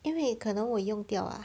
因为可能我用掉 ah